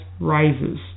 rises